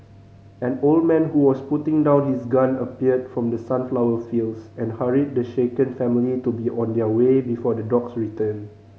an old man who was putting down his gun appeared from the sunflower fields and hurried the shaken family to be on their way before the dogs return